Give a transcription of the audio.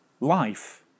life